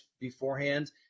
beforehand